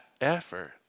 effort